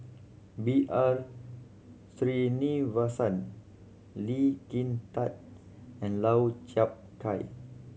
B R Sreenivasan Lee Kin Tat and Lau Chiap Khai